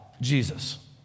Jesus